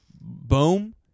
boom